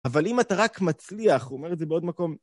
אבל אם אתה רק מצליח, הוא אומר את זה בעוד מקום.